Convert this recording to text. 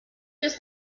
just